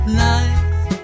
life